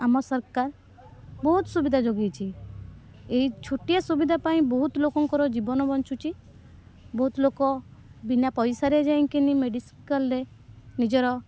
ଆମ ସରକାର ବହୁତ ସୁବିଧା ଯୋଗାଇଛି ଏହି ଛୋଟିଆ ସୁବିଧା ପାଇଁ ବହୁତ ଲୋକଙ୍କର ଜୀବନ ବଞ୍ଚୁଛି ବହୁତ ଲୋକ ବିନା ପଇସାରେ ଯାଇକରି ମେଡ଼ିକାଲ୍ରେ ନିଜର